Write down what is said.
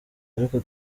ariko